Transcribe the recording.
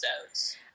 episodes